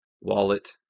wallet